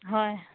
হয়